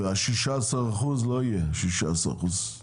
ה-16 אחוזים לא יהיו 16 אחוזים.